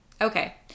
Okay